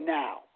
now